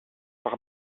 par